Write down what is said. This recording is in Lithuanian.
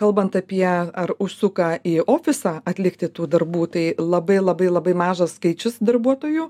kalbant apie ar užsuka į ofisą atlikti tų darbų tai labai labai labai mažas skaičius darbuotojų